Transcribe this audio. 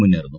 മുന്നേറുന്നു